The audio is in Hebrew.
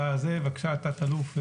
בבקשה, תת אלוף פיני.